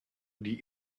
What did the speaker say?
die